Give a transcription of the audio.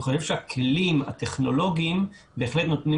אני חושב שהכלים הטכנולוגיים בהחלט נותנים